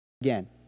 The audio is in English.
again